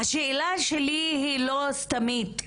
השאלה שלי היא לא סתמית.